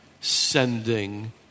sending